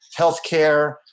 Healthcare